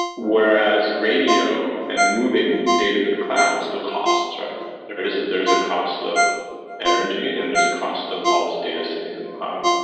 whereas radio and moving data to the cloud still costs, right? there is there is a cost of energy and there's a cost of all these data sitting in the cloud.